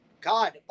God